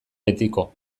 betiko